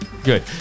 Good